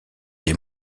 des